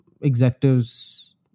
executives